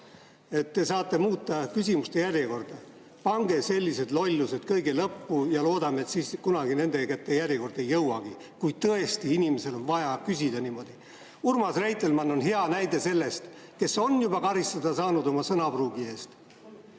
Te saate muuta küsimuste järjekorda. Pange sellised lollused kõige lõppu ja loodame, et kunagi nende kätte järjekord ei jõuagi, kui tõesti inimesel on vaja küsida niimoodi. Urmas Reitelmann on hea näide sellest, kes on juba karistada saanud oma sõnapruugi eest.